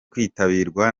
kwitabirwa